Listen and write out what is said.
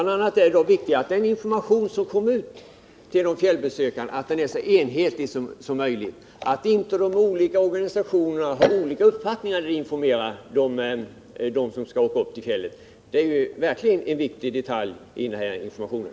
Det är då viktigt att den information som kommer ut till de fjällbesökande är så enhetlig som möjligt och att de olika organisationerna inte har olika uppfattning när de informerar dem som skall åka upp till fjällvärlden. Det är verkligen en viktig detalj i denna information.